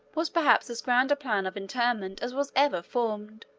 was perhaps as grand a plan of interment as was ever formed.